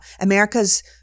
America's